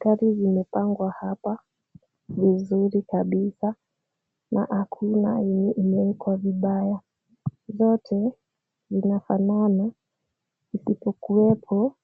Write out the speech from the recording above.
Gari zime pangwa ya hapa vizuri, kabisa. Na hakuna yenye imeekwa vibaya. Zote zinafanana. Isipokuwepo,